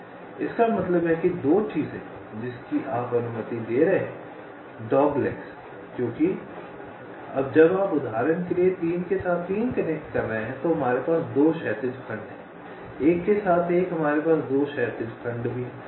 इसका मतलब है कि 2 चीजें जिसकी आप अनुमति दे रहे हैं डॉगलेगस क्योंकि जब आप उदाहरण के लिए 3 के साथ 3 कनेक्ट कर रहे हैं तो हमारे पास 2 क्षैतिज खंड हैं 1 के साथ 1 हमारे पास 2 क्षैतिज खंड भी हैं